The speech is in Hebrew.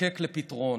תזדקק לפתרון.